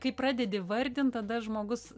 kai pradedi vardint tada žmogus